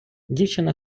дівчина